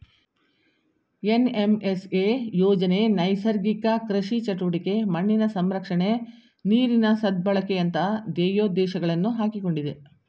NMSA ಯೋಜನೆ ನೈಸರ್ಗಿಕ ಕೃಷಿ ಚಟುವಟಿಕೆ, ಮಣ್ಣಿನ ಸಂರಕ್ಷಣೆ, ನೀರಿನ ಸದ್ಬಳಕೆಯಂತ ಧ್ಯೇಯೋದ್ದೇಶಗಳನ್ನು ಹಾಕಿಕೊಂಡಿದೆ